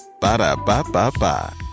Ba-da-ba-ba-ba